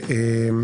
בטבלטים.